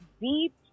deep